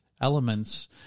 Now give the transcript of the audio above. elements